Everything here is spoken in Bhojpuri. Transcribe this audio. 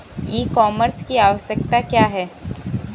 ई कॉमर्स की आवशयक्ता क्या है?